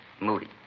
Moody